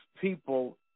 people